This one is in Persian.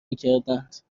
میکردند